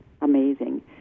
amazing